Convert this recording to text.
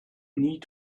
need